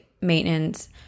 maintenance